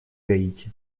гаити